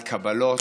על קבלות,